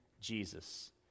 Jesus